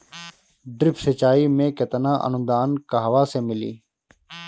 Drip सिंचाई मे केतना अनुदान कहवा से मिली?